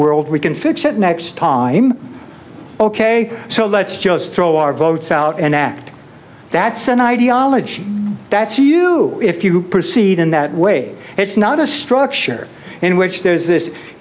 world we can fix it next time ok so let's just throw our votes out and act that's an ideology that's you if you proceed in that way it's not a structure in which there's this